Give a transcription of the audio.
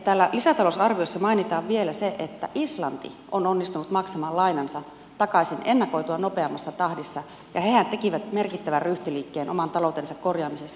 täällä lisätalousarviossa mainitaan vielä se että islanti on onnistunut maksamaan lainansa takaisin ennakoitua nopeammassa tahdissa ja hehän tekivät merkittävän ryhtiliikkeen oman taloutensa korjaamisessa